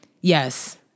Yes